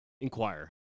inquire